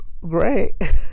great